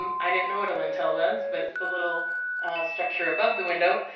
um i didn't know what a lintel was, but it's the little structure above the window.